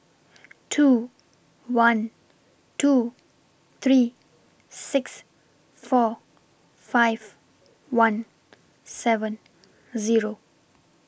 two one two three six four five one seven Zero